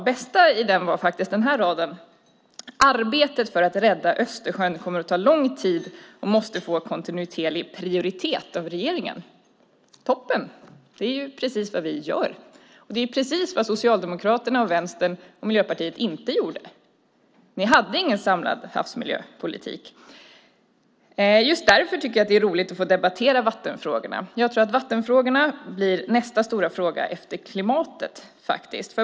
Det bästa i den är följande mening: "Arbetet för att rädda Östersjön kommer att ta lång tid och måste få kontinuerlig prioritet av regeringen." Det är precis vad vi gör, och det är precis det som Socialdemokraterna, Vänsterpartiet och Miljöpartiet inte gjorde. De hade ingen samlad havsmiljöpolitik. Därför är det roligt att få debattera vattenfrågorna. Jag tror att vattnet blir nästa stora fråga efter klimatet.